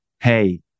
Hey